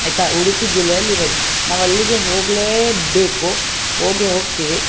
ಆಯ್ತಾ ಉಡುಪಿ ಜಿಲ್ಲೆಯಲ್ಲಿ ಇರೋದು ನಾವು ಅಲ್ಲಿಗೆ ಹೋಗಲೇಬೇಕು ಹೋಗೇ ಹೋಗ್ತಿವಿ